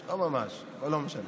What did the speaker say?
לא ממש, אבל שיהיה.